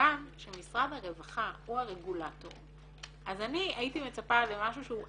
ומכוון שמשרד הרווחה הוא הרגולטור אז אני הייתי מצפה למשהו שהוא,